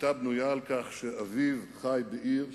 היתה בנויה על כך שאביו חי בעיר,